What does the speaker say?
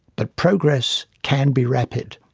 but progress can be rapid.